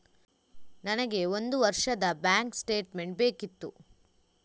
ನನಗೆ ಒಂದು ವರ್ಷದ ಬ್ಯಾಂಕ್ ಸ್ಟೇಟ್ಮೆಂಟ್ ಬೇಕಿತ್ತು